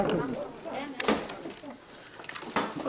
הישיבה ננעלה בשעה 12:20.